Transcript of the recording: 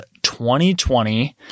2020